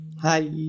Hi